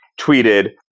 tweeted